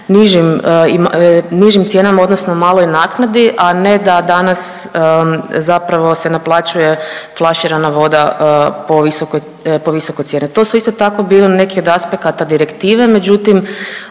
nižim cijenama, odnosno maloj naknadi, a ne da danas zapravo se naplaćuje flaširana voda po visokoj cijeni. To su isto tako bili neki od aspekata direktive, međutim